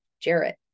Jarrett